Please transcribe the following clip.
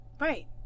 Right